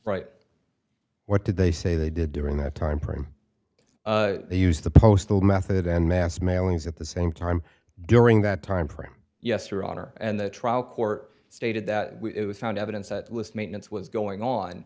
right what did they say they did during that time frame use the postal method and mass mailings at the same time during that timeframe yes your honor and the trial court stated that it was found evidence that list maintenance was going on